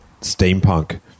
steampunk